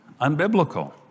unbiblical